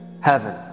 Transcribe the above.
heaven